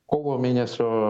kovo mėnesio